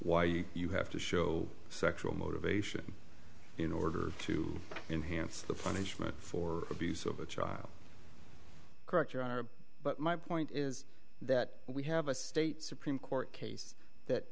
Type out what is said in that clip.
you you have to show sexual motivation in order to enhance the punishment for abuse of a child correct your honor but my point is that we have a state supreme court case that